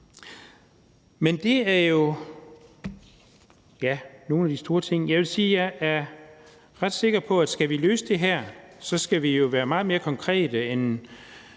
jeg er ret sikker på, at skal vi løse det her, skal vi været meget mere konkrete, end